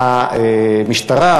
המשטרה,